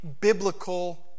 biblical